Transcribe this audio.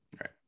Right